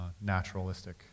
naturalistic